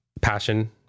passion